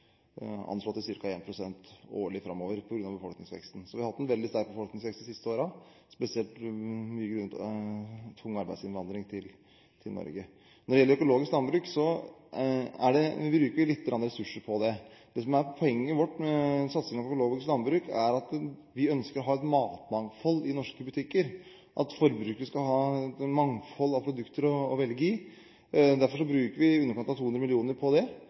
årlig framover. Vi har hatt en veldig sterk befolkningsvekst de siste årene, spesielt grunnet tung arbeidsinnvandring til Norge. Når det gjelder økologisk landbruk, bruker vi litt ressurser på det. Det som er poenget vårt med satsingen på økologisk landbruk, er at vi ønsker å ha et matmangfold i norske butikker, at forbrukerne skal ha et mangfold av produkter å velge blant. Derfor bruker vi i underkant av 200 mill. kr på det,